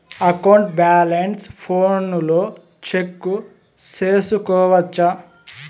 account balance ఫోనులో check సేసుకోవచ్చా